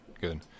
good